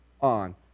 On